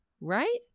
right